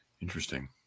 Interesting